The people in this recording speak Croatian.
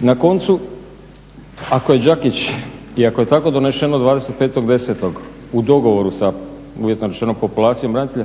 Na koncu ako je Đakić i ako je tako donešeno 25.10. u dogovoru sa, uvjetno rečeno, populacijom branitelja,